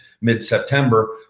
mid-September